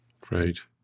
Great